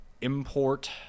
Import